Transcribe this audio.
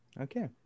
Okay